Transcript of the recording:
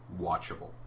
watchable